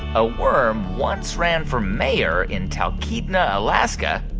a worm once ran for mayor in talkeetna, alaska,